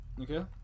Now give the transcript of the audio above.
Okay